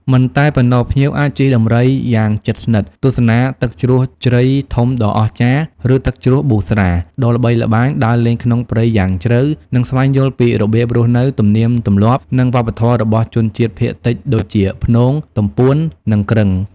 មិនតែប៉ុណ្ណោះ ភ្ញៀវអាចជិះដំរីយ៉ាងជិតស្និទ្ធ ទស្សនាទឹកជ្រោះជ្រៃធំដ៏អស្ចារ្យ ឬទឹកជ្រោះប៊ូស្រាដ៏ល្បីល្បាញ ដើរលេងក្នុងព្រៃយ៉ាងជ្រៅ និងស្វែងយល់ពីរបៀបរស់នៅ ទំនៀមទម្លាប់ និងវប្បធម៌របស់ជនជាតិភាគតិចដូចជា ព្នង ទំពួន និងគ្រឹង។